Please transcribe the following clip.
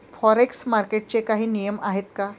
Forex मार्केटचे काही नियम आहेत का?